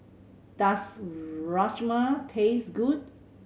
does Rajma taste good